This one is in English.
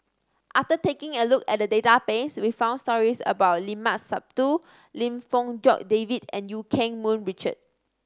after taking a look at the database we found stories about Limat Sabtu Lim Fong Jock David and Eu Keng Mun Richard